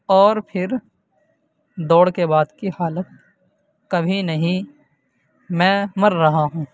اور پھر دوڑ کے بعد کی حالت کبھی نہیں میں مر رہا ہوں